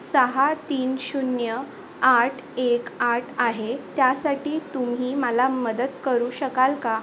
सहा तीन शून्य आठ एक आठ आहे त्यासाठी तुम्ही मला मदत करू शकाल का